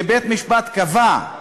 ובית-משפט קבע,